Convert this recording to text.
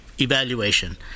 evaluation